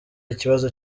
ikibazo